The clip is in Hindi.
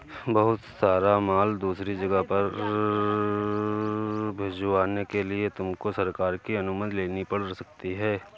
बहुत सारा माल दूसरी जगह पर भिजवाने के लिए तुमको सरकार की अनुमति लेनी पड़ सकती है